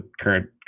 current